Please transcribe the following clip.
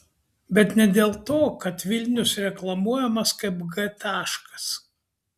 bet ne dėl to kad vilnius reklamuojamas kaip g taškas